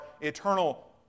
eternal